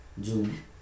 June